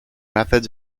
methods